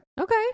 Okay